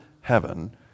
heaven